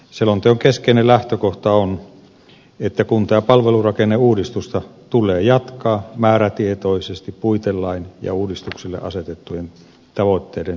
selonteon keskeinen lähtökohta on että kunta ja palvelurakenneuudistusta tulee jatkaa määrätietoisesti puitelain ja uudistuksille asetettujen tavoitteiden suuntaisesti